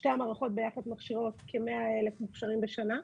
שתי המערכות ביחד מכשירות כ-100,000 מוכשרים בשנה.